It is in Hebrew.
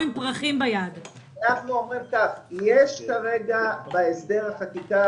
אנחנו אומרים שיש כרגע בהסדר החקיקה